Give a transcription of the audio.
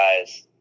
guys